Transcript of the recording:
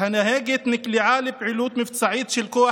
'הנהגת נקלעה לפעילות מבצעית של כוח